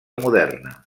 moderna